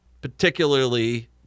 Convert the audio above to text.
particularly